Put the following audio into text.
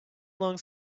long